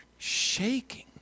Shaking